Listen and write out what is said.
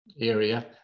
area